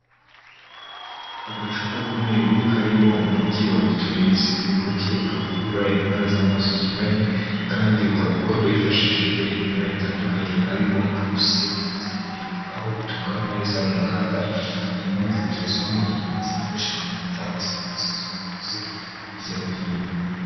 Agacupa k'umweru karimo umuti wa vitorize. Uyu muti ukaba uvura indwara z'amaso zinyuranye kandi ukaba ukorwa hifashishijwe ibimera bitandukanye harimo nka capusine ndetse n'ibindi, aho bitunganywa neza mu nganda hanyuma bikabyazwamo iyi miti yifashishwa mu gutanga serivisi z'ubuvuzi hirya no hino.